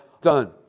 done